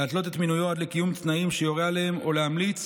להתלות את מינויו עד לקיום תנאים שיורה עליהם או להמליץ